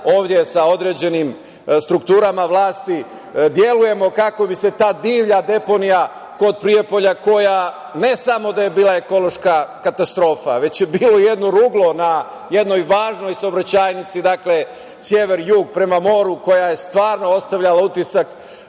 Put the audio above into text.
ovde sa određenim strukturama vlasti delujemo kako bi se ta divlja deponija kod Prijepolja, koja ne samo da je bila ekološka katastrofa, već je bilo jedno ruglo na jednoj važnoj saobraćajnici, dakle, sever-jug prema moru, koja je stvarno ostavljala veoma